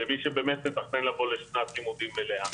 למי שבאמת מתכנן לבוא לשנת לימודים מלאה.